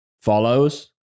follows